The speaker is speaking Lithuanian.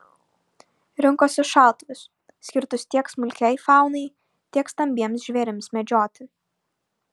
rinkosi šautuvus skirtus tiek smulkiai faunai tiek stambiems žvėrims medžioti